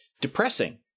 depressing